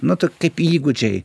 nu tu kaip įgūdžiai